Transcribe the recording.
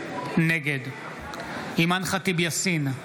נגד אימאן ח'טיב יאסין,